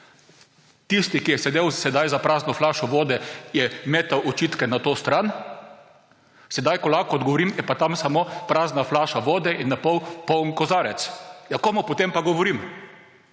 Tisti, ki je sedel za prazno flašo vode, je metal očitke na to stran. Sedaj, ko lahko odgovorim, je pa tam samo prazna flaša vode in napol poln kozarec. Ja, komu potem pa govorim?!